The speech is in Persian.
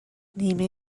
نیمه